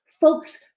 Folks